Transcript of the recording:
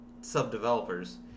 sub-developers